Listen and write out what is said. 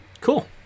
cool